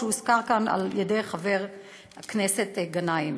הוא הוזכר כאן על ידי חבר הכנסת גנאים.